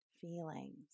feelings